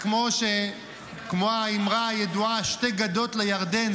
וכמו האמרה הידועה "שתי גדות לירדן,